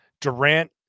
Durant